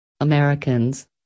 Americans